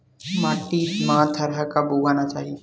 माटी मा थरहा कब उगाना चाहिए?